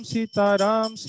Sitaram